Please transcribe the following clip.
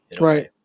Right